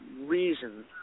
reason